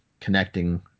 connecting